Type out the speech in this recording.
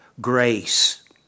grace